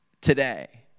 today